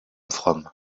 from